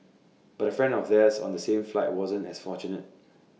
but A friend of theirs on the same flight wasn't as fortunate